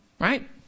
Right